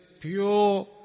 pure